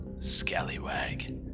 Scallywag